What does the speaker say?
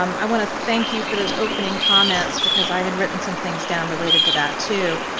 um i wanna thank you for those opening comments because i had written some things down related to that too.